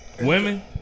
Women